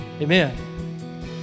Amen